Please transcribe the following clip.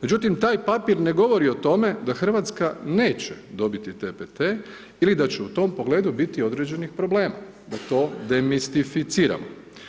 Međutim, taj papir ne govori o tome da Hrvatska neće dobiti TPT-e ili da će u tom pogledu biti određenih problema da to demistificiramo.